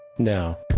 now,